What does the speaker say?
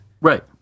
Right